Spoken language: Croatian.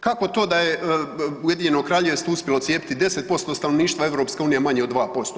Kako to da je Ujedinjeno Kraljevstvo uspjelo cijepiti 10% stanovništva, a EU manje od 2%